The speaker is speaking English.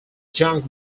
junk